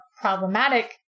problematic